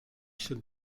się